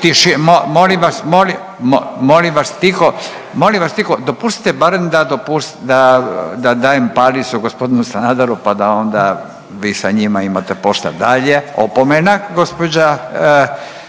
Tiši, molim vas, molim vas tiho, molim vas tiho dopustite barem da dajem palicu g. Sanaderu pa da onda vi sa njima imate posla dalje. Opomena gospođa